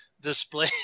display